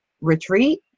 retreat